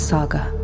Saga